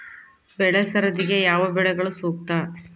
ಬೆಳೆ ಸರದಿಗೆ ಯಾವ ಬೆಳೆಗಳು ಸೂಕ್ತ?